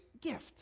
gift